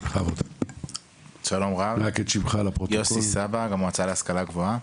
שלום רב, אני מהמועצה להשכלה גבוהה.